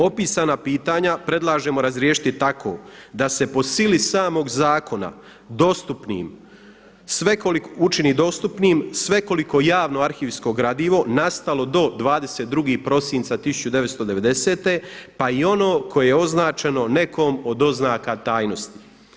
Opisana pitanja predlažemo razriješiti tako da se po sili samog zakona dostupnim, svekolik učini dostupnim svekoliko javno arhivsko gradivo nastalo do 22. prosinca 1990. pa i ono koje je označeno nekom od oznaka tajnosti.